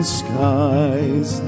skies